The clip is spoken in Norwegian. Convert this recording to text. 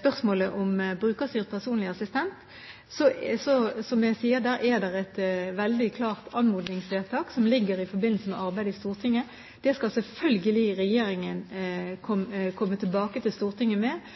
spørsmålet om brukerstyrt personlig assistent, er det – som jeg har sagt – et veldig klart anmodningsvedtak som ligger her i forbindelse med arbeidet i Stortinget. Det skal selvfølgelig regjeringen komme tilbake til Stortinget med